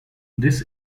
this